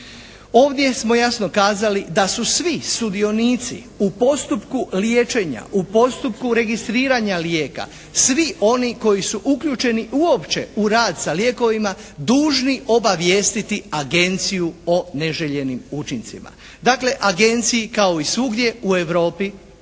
Ovdje smo jasno kazali da su svi sudionici u postupku liječenja, u postupku registriranja lijeka, svi oni koji su uključeni uopće u rad sa lijekovima dužni obavijestiti Agenciju o neželjenim učincima. Dakle Agenciji kao i svugdje u Europi